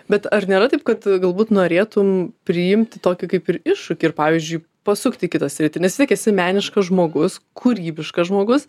bet ar nėra taip kad galbūt norėtum priimt tokį kaip ir iššūkį ir pavyzdžiui pasukt į kitą sritį nes vis tiek meniškas žmogus kūrybiškas žmogus